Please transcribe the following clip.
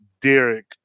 Derek